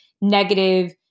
negative